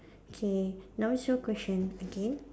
K now is your question again